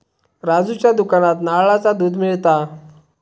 राजूच्या दुकानात नारळाचा दुध मिळता